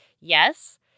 yes